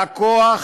הלקוח,